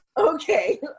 Okay